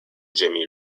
jimmy